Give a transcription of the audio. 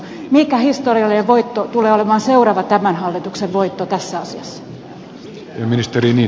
mikä historiallinen voitto tulee olemaan seuraava tämän hallituksen voitto tässä asiassa